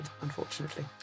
unfortunately